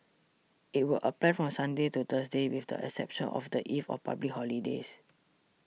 it will apply from Sunday to Thursday with the exception of the eve of public holidays